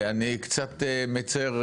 אני קצת מצר,